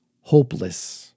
hopeless